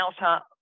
outer